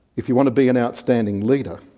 if you want to be an outstanding leader,